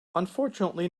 unfortunately